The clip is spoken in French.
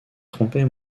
trompés